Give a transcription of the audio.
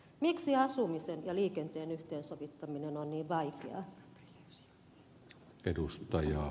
miksi asumisen ja liikenteen yhteensovittaminen on niin vaikeaa